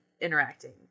interacting